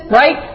right